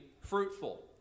fruitful